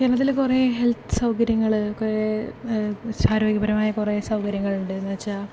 കേരളത്തിൽ കുറേ ഹെൽത്ത് സൗകര്യങ്ങൾ കുറേ ആരോഗ്യപരമായ കുറേ സൗകര്യങ്ങൾ ഉണ്ടെന്ന് വച്ചാൽ